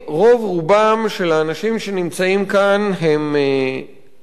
רוב רובם של האנשים שנמצאים כאן הם אריתריאים,